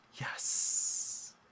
Yes